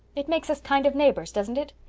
it makes us kind of neighbors, doesn't it?